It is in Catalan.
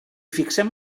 fixem